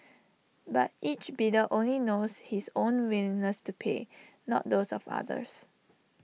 but each bidder only knows his own willingness to pay not those of others